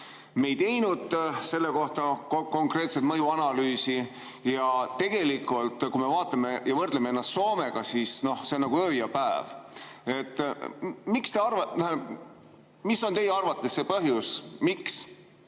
Me ei teinud selle kohta konkreetset mõjuanalüüsi. Ja tegelikult, kui me vaatame ja võrdleme ennast Soomega, siis see on nagu öö ja päev. Mis on teie arvates see põhjus, miks